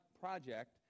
project